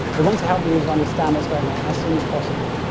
we want to help the user understand what is going on as soon as possible.